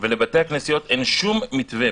ולבתי הכנסיות אין שום מתווה,